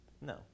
No